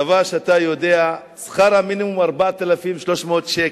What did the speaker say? דבר שאתה יודע שכר המינימום הוא 4,300 שקל.